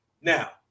Now